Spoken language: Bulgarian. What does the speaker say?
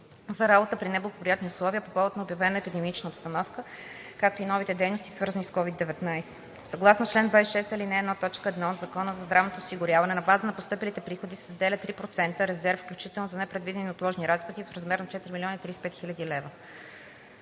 за работа при неблагоприятни условия по повод на обявена епидемична обстановка“, както и новите дейности, свързани с COVID-19. Съгласно чл. 26, ал. 1, т. 1 от Закона за здравното осигуряване на база на постъпилите приходи се заделя 3% „Резерв, включително за непредвидени и неотложни разходи“ в размер на 4 млн. 035 хил. лв.